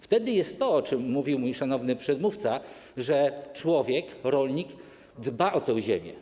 Wtedy jest to, o czym mówił mój szanowny przedmówca - człowiek, rolnik dba o tę ziemię.